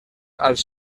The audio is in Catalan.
als